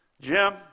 Jim